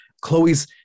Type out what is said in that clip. Chloe's